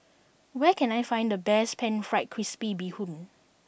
where can I find the best pan fried crispy bee hoon